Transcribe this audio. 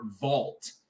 Vault